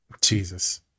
Jesus